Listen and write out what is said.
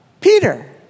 Peter